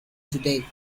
today